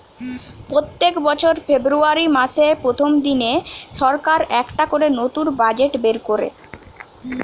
পোত্তেক বছর ফেব্রুয়ারী মাসের প্রথম দিনে সরকার একটা করে নতুন বাজেট বের কোরে